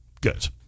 Good